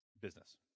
Business